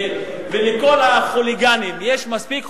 ולכל החוליגנים יש מספיק חוקים,